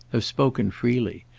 have spoken freely.